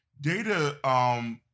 data